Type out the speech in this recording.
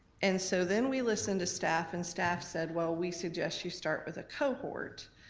and so then we listened to staff, and staff said, well, we suggest you start with a cohort,